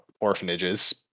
orphanages